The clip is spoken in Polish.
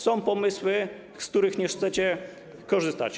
Są pomysły, z których nie chcecie korzystać.